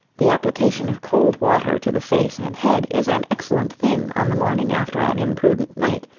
the application of cold water to the face and head is an excellent thing on the morning after an imprudent night,